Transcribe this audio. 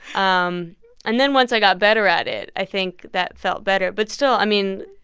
um and then once i got better at it, i think that felt better, but still, i mean,